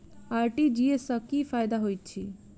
RTGS सँ की फायदा होइत अछि?